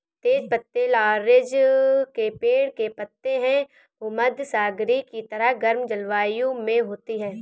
तेज पत्ते लॉरेल के पेड़ के पत्ते हैं भूमध्यसागरीय की तरह गर्म जलवायु में होती है